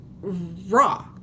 raw